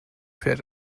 fährt